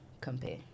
compare